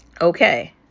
okay